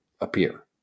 appear